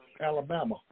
Alabama